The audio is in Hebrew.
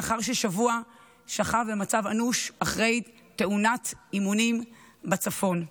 לאחר ששבוע שכב במצב אנוש אחרי תאונת אימונים בצפון.